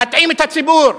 מטעים את הציבור.